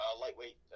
lightweight